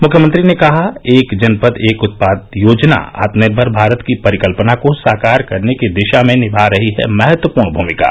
मुख्यमंत्री ने कहा एक जनपद एक उत्पाद योजना आत्मनिर्भर भारत की परिकल्पना को साकार करने की दिशा में निभा रही है महत्वपूर्ण भूमिका